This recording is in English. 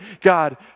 God